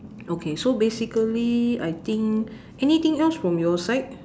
okay so basically I think anything else from your side